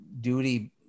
duty